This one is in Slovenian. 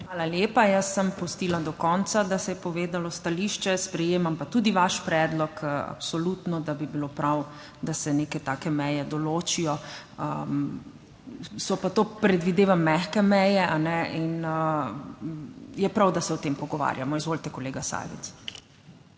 Hvala lepa. Jaz sem pustila do konca, da se je povedalo stališče, sprejemam pa tudi vaš predlog absolutno, da bi bilo prav, da se neke take meje določijo. So pa to, predvidevam, mehke meje, a ne, in je prav, da se o tem pogovarjamo. Izvolite, kolega Sajovic.